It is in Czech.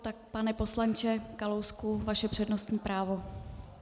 Tak pane poslanče Kalousku, vaše přednostní právo.